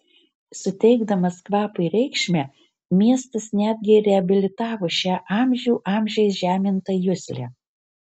suteikdamas kvapui reikšmę miestas netgi reabilitavo šią amžių amžiais žemintą juslę